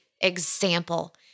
example